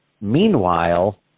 Meanwhile